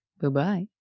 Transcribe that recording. Goodbye